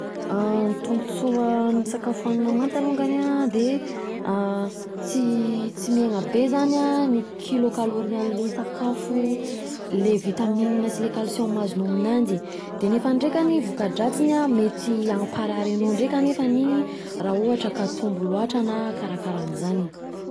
Ny tombotsoa amin'ny sakafo hoanina manta alongany an, de tsy mihena be zany an ny kilôkalôry anle sakafo, le vitamina sy le kalisioma azonao aminanjy de nefany ndrekany voka-dratsiny an, mety hamparary anao ndreka nefa iny raha ohatra ka tombo loatra na karakaranzany.